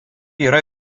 yra